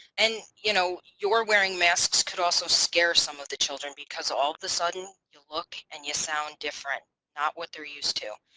and you know you're wearing masks could also scare some of the children because all of the sudden you look and you sound different not what they're used to.